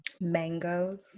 mangoes